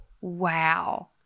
wow